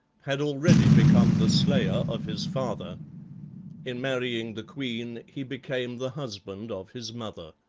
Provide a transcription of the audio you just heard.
had already become the slayer of his father in marrying the queen he became the husband of his mother.